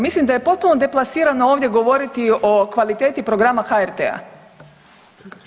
Pa mislim da je potpuno deplasirano ovdje govoriti o kvaliteti programa HRT-a.